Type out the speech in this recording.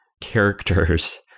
characters